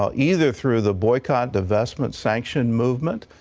ah either through the boycott, divestment, sanction movement,